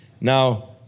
Now